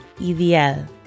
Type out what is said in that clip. ideal